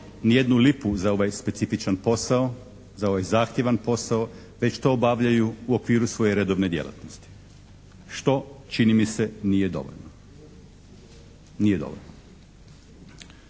ni jednu lipu za ovaj specifičan posao, za ovaj zahtjevan posao već to obavljaju u okviru svoje redovne djelatnosti, što čini mi se nije dovoljno. Nije dobro.